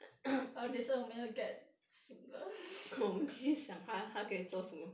oh 等一下我们要 get sued 了